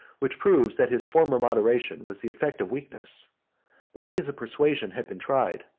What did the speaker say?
which proves that his former moderation was the effect of weakness the means of persuasion had been tried,